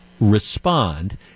respond